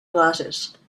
glasses